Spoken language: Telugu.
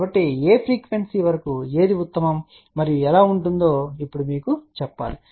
కాబట్టి ఏ ఫ్రీక్వెన్సీ వరకు ఏది ఉత్తమం మరియు ఎలా ఉంటుందో ఇప్పుడు మీకు చెప్పాలి